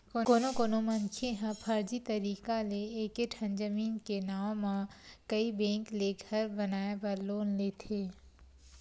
कोनो कोनो मनखे ह फरजी तरीका ले एके ठन जमीन के नांव म कइ बेंक ले घर बनाए बर लोन लेथे